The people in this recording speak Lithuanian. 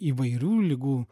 įvairių ligų